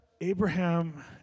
Abraham